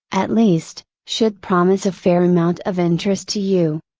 at least, should promise a fair amount of interest to you.